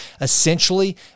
essentially